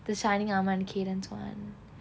the shining armour and cadence one